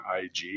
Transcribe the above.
IG